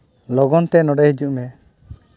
ᱞᱚᱜᱚᱱ ᱛᱮ ᱱᱚᱰᱮ ᱦᱤᱡᱩᱜ ᱢᱮ